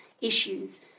issues